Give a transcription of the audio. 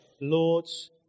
Lord's